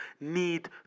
need